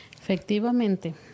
Efectivamente